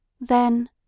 Then—